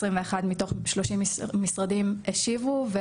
21 מתוך 30 משרדים השיבו.